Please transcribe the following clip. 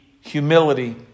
humility